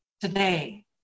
today